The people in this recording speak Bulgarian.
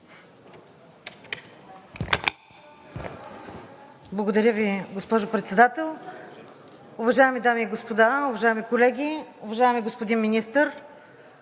Благодаря Ви, госпожо Председател. Уважаеми дами и господа, уважаеми колеги! Уважаеми господин Министър,